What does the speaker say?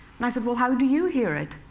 and i said, well, how do you hear it?